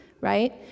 right